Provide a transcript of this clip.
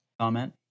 comment